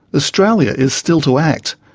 australia is still to act.